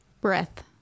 Breath